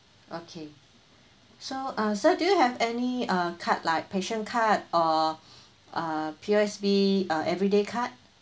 okay so uh sir do you have any uh card like passion card or uh P_O_S_B uh everyday card